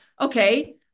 Okay